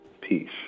peace